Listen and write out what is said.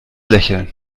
lächeln